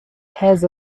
has